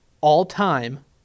all-time